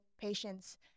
patients